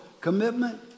commitment